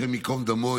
ה' ייקום דמו,